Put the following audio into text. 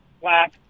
black